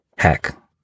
Hack